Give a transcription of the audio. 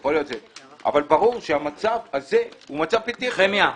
אבל ברור שהמצב הזה הוא מצב בלתי אפשרי.